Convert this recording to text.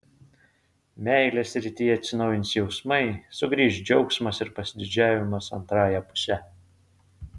meilės srityje atsinaujins jausmai sugrįš džiaugsmas ir pasididžiavimas antrąja puse